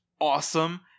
awesome